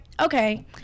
okay